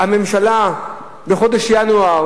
בחודש ינואר